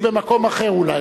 היא במקום אחר אולי,